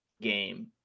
Game